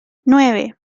nueve